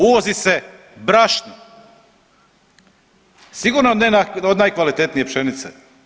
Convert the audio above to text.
Uvozi se brašno sigurno ne od najkvalitetnije pšenice.